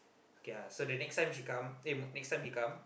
okay ah so the next time she come eh next time he come